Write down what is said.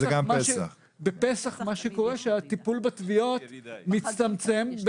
בפסח, מה שקורה שהטיפול בתביעות מצטמצם.